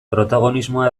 protagonismoa